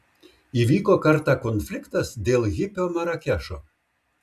įvyko kartą konfliktas dėl hipio marakešo